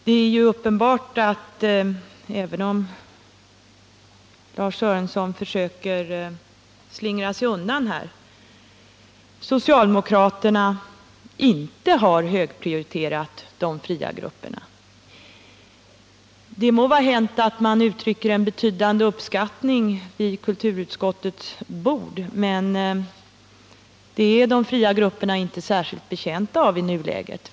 Även om Lars-Ingvar Sörenson försöker slingra sig undan här är det uppenbart att socialdemokraterna inte har prioriterat de fria grupperna. Det är möjligt att man uttrycker en betydande uppskattning vid kulturutskottets bord. Men der är de fria grupperna inte särskilt betjänta av i nuläget.